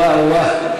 אוה, אוה.